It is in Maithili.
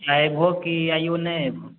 अयबहो कि अइयो नहि अयबहो